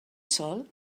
sol